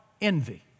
envy